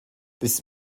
this